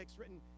written